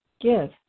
Give